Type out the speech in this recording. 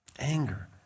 anger